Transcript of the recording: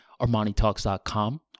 ArmaniTalks.com